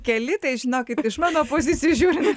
keli tai žinokit iš mano pozicijų žiūrint